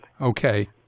Okay